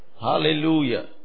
Hallelujah